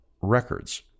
records